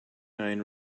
nine